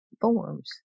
forms